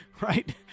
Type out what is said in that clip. right